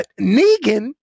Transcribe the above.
Negan